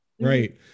Right